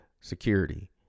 security